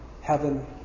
heaven